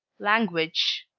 language.